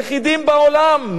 היחידים בעולם,